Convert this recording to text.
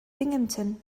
binghamton